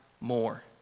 more